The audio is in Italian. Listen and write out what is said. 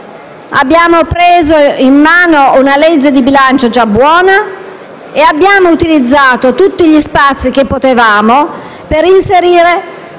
Abbiamo preso in mano una legge di bilancio già buona e utilizzato tutti gli spazi possibili per inserire